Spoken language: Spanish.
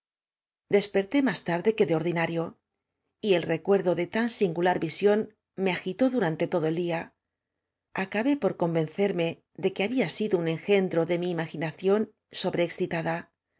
desperté más larde que de ordinario y el recuerdo de tan singular visión me agitó durante todo el d ía acabé por convencerme de que había sido un engendro de mi imaginación sobrexcitada